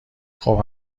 خوب